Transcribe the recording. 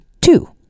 two